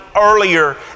earlier